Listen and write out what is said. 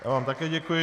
Já vám také děkuji.